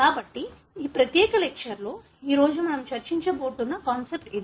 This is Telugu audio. కాబట్టి ఈ ప్రత్యేక లెక్చర్లో ఈ రోజు మనం చర్చించబోతున్న కాన్సెప్ట్ ఇది